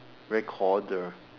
recorder